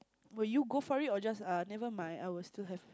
will you go for it or just uh never mind I will still have